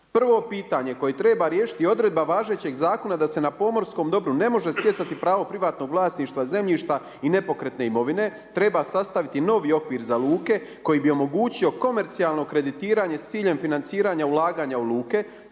„Prvo pitanje koje treba riješiti i odredba važećeg zakona da se na pomorskom dobru ne može stjecati pravo privatnog vlasništva zemljišta i nepokretne imovine, treba sastaviti novi okvir za luke koji bi omogućio komercijalno kreditiranje s ciljem financiranja ulaganja u luke,